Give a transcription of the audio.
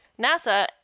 NASA